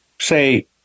say